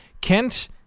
Kent